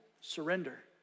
surrender